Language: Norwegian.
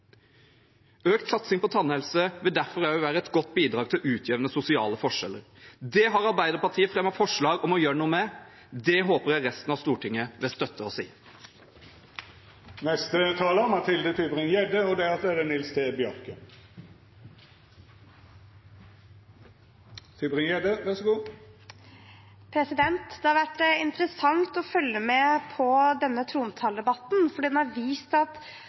Økt satsing på tannhelse vil derfor også være et godt bidrag til å utjevne sosiale forskjeller. Det har Arbeiderpartiet fremmet forslag om å gjøre noe med. Det håper jeg resten av Stortinget vil støtte oss i. Det har vært interessant å følge med på denne trontaledebatten, for den har vist at Arbeiderpartiet ser ut til verken å prioritere eller vite hva de selv mener i skolepolitikken. I 2015 sa Jonas Gahr Støre at